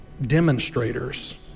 demonstrators